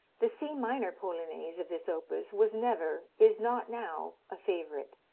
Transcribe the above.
the c minor polonaise of this opus was never, is not now, a favorite.